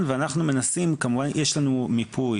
יש לנו מיפוי